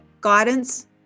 guidance